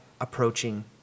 approaching